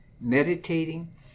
meditating